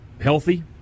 Healthy